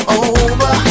over